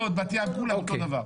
בכל מקום, כולם אותו דבר.